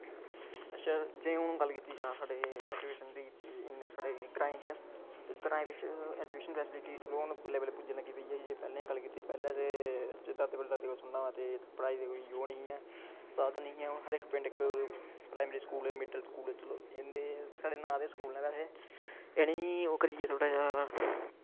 अच्छा जियां हून गल्ल कीती जी साढ़े इयां साढ़े ग्राएं च ते ग्राएं बिच ऐजुकेशन फैस्लिटी हून बल्लें बल्लें पुज्जन लगी पेई ऐ पैह्लें दी गल्ल कीती जा ते पैह्लैं ते दादे पड़दादे कोला सुनना होऐ ते पढ़ाई दा कोई ओह् नेईं हा ऐ साधन नेंई ऐ हून हर इक पिंड इच प्राईमरी स्कूल मिड़ल स्कूल छड़े नांऽ दे स्कूल नै बैसे इनेंई ओह् करियै थोह्ड़ा जेहा